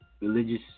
religious